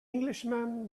englishman